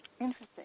Interesting